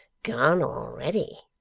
gone already?